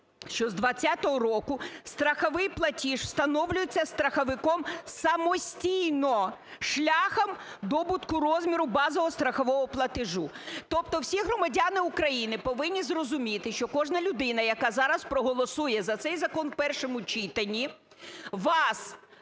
що з 20-го року страховий платіж встановлюється страховиком самостійно шляхом добутку розміру базового страхового платежу. Тобто всі громадяни України повинні зрозуміти, що кожна людина, яка зараз проголосує за цей закон в першому читанні, вас